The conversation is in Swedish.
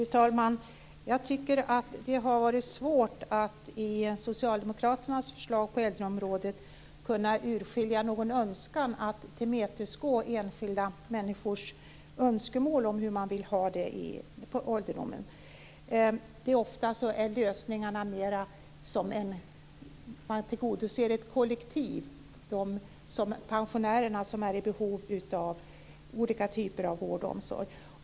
Fru talman! Jag tycker att det har varit svårt att i socialdemokraternas förslag på äldreområdet kunna urskilja någon önskan att tillmötesgå enskilda människors önskemål om hur de vill ha det på ålderdomen. Ofta innebär lösningarna att man tillgodoser ett kollektiv, pensionärer som är i behov av olika typer av vård och omsorg.